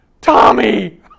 Tommy